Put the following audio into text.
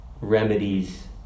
remedies